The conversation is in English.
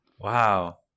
Wow